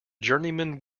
journeyman